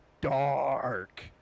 dark